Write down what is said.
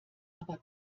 aber